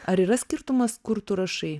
ar yra skirtumas kur tu rašai